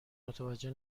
متوجه